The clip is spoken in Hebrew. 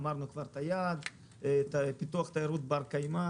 עברנו כבר את היעד, פיתוח תיירות בת-קיימא